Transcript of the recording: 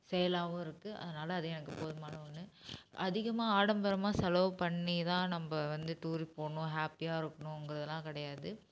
செயலாகவும் இருக்கு அதனால் அது எனக்கு போதுமான ஒன்று அதிகமாக ஆடம்பரமாக செலவு பண்ணி தான் நம்ப வந்து டூருக்கு போகணும் ஹேப்பியாக இருக்குணுங்கறதெல்லாம் கிடையாது